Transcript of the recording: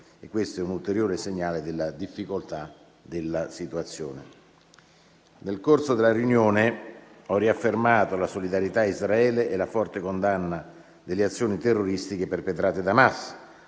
questo è un ulteriore segnale della difficoltà della situazione. Nel corso della riunione, ho riaffermato la solidarietà a Israele e la forte condanna delle azioni terroristiche perpetrate da Hamas,